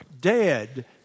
dead